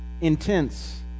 Intense